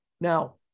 now